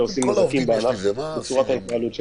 עושים נזקים בענף בצורת ההתנהלות שלהם.